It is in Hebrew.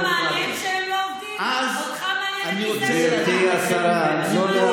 אותך מעניין שהם בבית ?אותך מעניין שהם לא עובדים?